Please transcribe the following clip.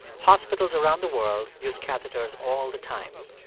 hospitals around the world use catheters all the time,